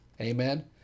Amen